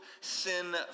sin